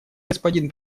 господин